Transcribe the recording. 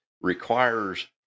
requires